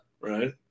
Right